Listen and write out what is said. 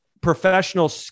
professional